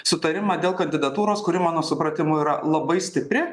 sutarimą dėl kandidatūros kuri mano supratimu yra labai stipri